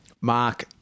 Mark